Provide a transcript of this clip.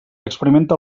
experimenta